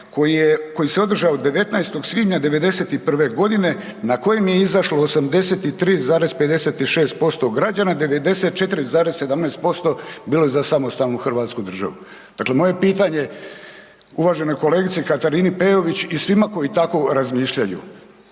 koji se održao 19. svibnja 1991. godine na kojem je izašlo 83,56% građana, 94,17% bilo je za samostalnu Hrvatsku državu. Dakle, moje pitanje je uvaženoj kolegici Katarini Peović i svima koji tako razmišljaju,